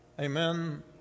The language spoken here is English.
Amen